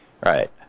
Right